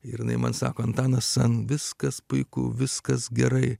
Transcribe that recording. ir jinai man sako antanasan viskas puiku viskas gerai